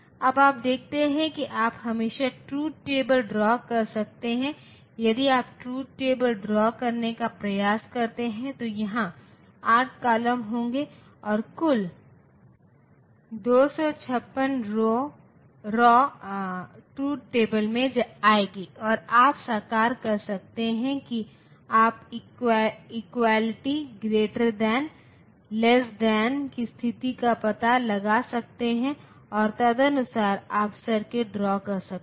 अब आप देखते हैं कि आप हमेशा ट्रुथ टेबल ड्रा कर सकते हैं यदि आप ट्रुथ टेबल ड्रा करने का प्रयास करते हैं तो यहां 8 कॉलम होंगे और कुल 256 रौ ट्रुथ टेबल में आएंगी और आप साकार कर सकते हैं कि आप equality greater than less than की स्थिति का पता लगा सकते हैं और तदनुसार आप सर्किट ड्रा कर सकते हैं